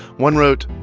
one wrote,